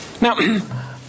Now